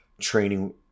training